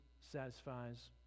satisfies